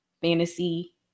fantasy